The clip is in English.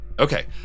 Okay